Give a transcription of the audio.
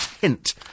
hint